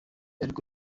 ariko